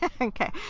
Okay